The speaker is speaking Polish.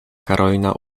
karolina